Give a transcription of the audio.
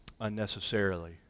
unnecessarily